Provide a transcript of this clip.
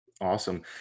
Awesome